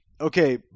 Okay